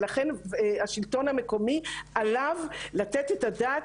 ולכן השלטון במקומי עליו לתת את הדעת